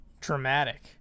Dramatic